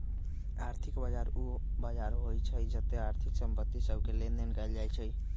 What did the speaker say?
आर्थिक बजार उ बजार होइ छइ जेत्ते आर्थिक संपत्ति सभके लेनदेन कएल जाइ छइ